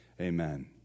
Amen